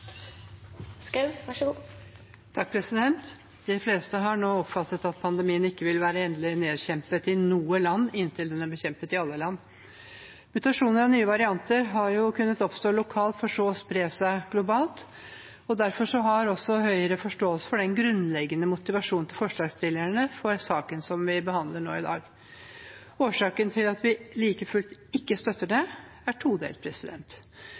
pandemien ikke vil være endelig nedkjempet i noe land inntil den er bekjempet i alle land. Mutasjoner og nye varianter har kunnet oppstå lokalt for så å spre seg globalt. Derfor har også Høyre forståelse for den grunnleggende motivasjonen til forslagsstillerne i saken vi behandler nå i dag. Årsaken til at vi like fullt ikke støtter dette, er todelt.